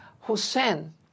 Hussein